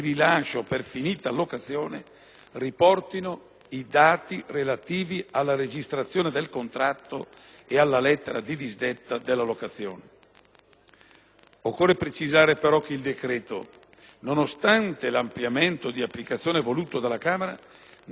riportino i dati relativi alla registrazione del contratto e alla lettera di disdetta della locazione. Occorre però precisare che, nonostante l'ampliamento di applicazione voluto dalla Camera, il decreto-legge non è particolarmente efficace: